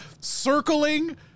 circling